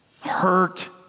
hurt